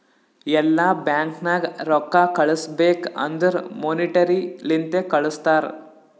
ಎಲ್ಲಾ ಬ್ಯಾಂಕ್ ನಾಗ್ ರೊಕ್ಕಾ ಕಳುಸ್ಬೇಕ್ ಅಂದುರ್ ಮೋನಿಟರಿ ಲಿಂತೆ ಕಳ್ಸುತಾರ್